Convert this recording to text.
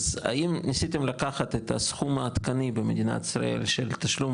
האם ניסיתם לקחת את הסכום העדכני במדינת ישראל של תשלום